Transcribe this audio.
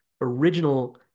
original